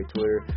Twitter